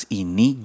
ini